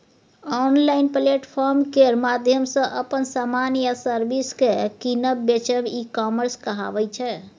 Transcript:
online platform केर माध्यमसँ अपन समान या सर्विस केँ कीनब बेचब ई कामर्स कहाबै छै